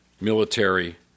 military